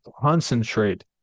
concentrate